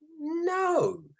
No